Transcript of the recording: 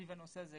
סביב הנושא הזה,